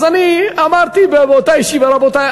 אז אני אמרתי: רבותי,